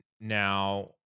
Now